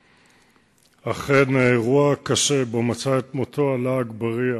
אכן, האירוע הקשה שבו עלא אגבאריה